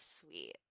sweet